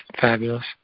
Fabulous